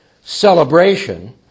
celebration